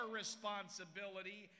responsibility